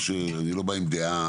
אני לא בא עם דעה